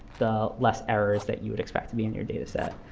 the less errors that you would expect to be in your data set.